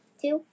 two